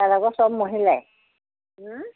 তাত আকৌ চব মহিলাই